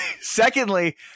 secondly